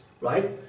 right